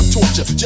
torture